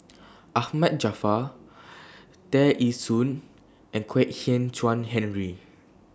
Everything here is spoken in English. Ahmad Jaafar Tear Ee Soon and Kwek Hian Chuan Henry